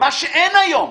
מה שאין היום.